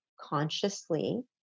consciously